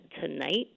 tonight